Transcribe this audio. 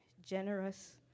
generous